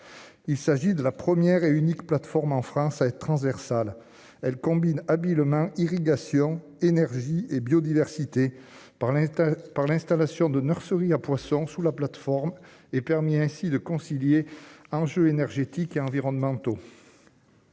Il s'agit de la première et unique plateforme en France, transversale, elle combine habilement irrigation énergie et biodiversité par l'État par l'installation de nurserie à poissons sous la plateforme et permis ainsi de concilier enjeux énergétiques et environnementaux.